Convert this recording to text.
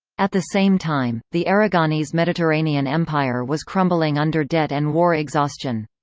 at the same time, the aragonese mediterranean empire was crumbling under debt and war exhaustion.